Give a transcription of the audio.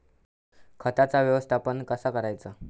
खताचा व्यवस्थापन कसा करायचा?